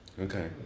Okay